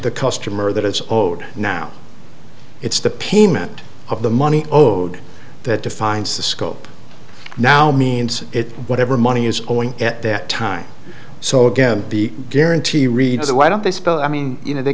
the customer that it's over now it's the payment of the money owed that defines the scope now means it whatever money is owing at that time so again the guarantee reads why don't they spell i mean you know they